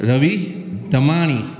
Ravi Dhamani